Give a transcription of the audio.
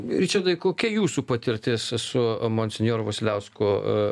ričardai kokia jūsų patirtis su monsinjoru vasiliausku